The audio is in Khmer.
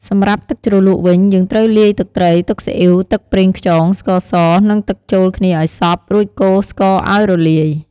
សម្រាប់ទឹកជ្រលក់វិញ យើងត្រូវលាយទឹកត្រី ទឹកស៊ីអ៉ីវ ទឹកប្រេងខ្យង ស្ករស និងទឹកចូលគ្នាឱ្យសព្វ រួចកូរស្ករឱ្យរលាយ។